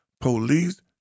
Police